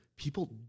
people